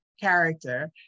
character